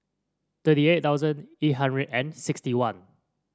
thirty eight thousand eight hundred and sixty one